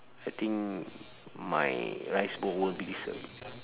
I think my rice bowl won't be disturb